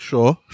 Sure